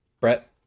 Brett